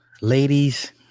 Ladies